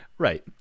Right